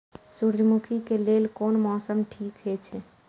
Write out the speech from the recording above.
सूर्यमुखी के लेल कोन मौसम ठीक हे छे?